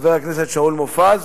חבר הכנסת שאול מופז,